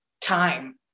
Time